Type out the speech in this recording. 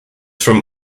from